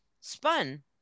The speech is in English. spun